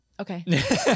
Okay